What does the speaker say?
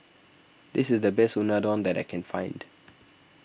this is the best Unadon that I can find